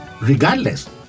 Regardless